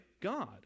God